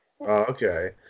okay